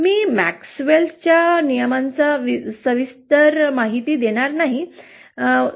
मी मॅक्सवेलच्या कायद्यांबद्दल सविस्तर माहिती देणार नाहीये